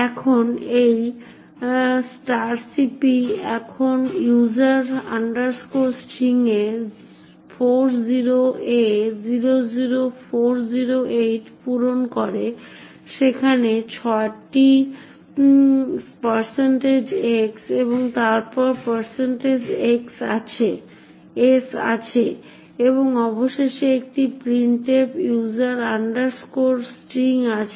এখন এই strcpy এখন user string এ 40a00408 পূরণ করে সেখানে ছয়টি x এবং তারপর একটি s আছে এবং অবশেষে একটি printf user string আছে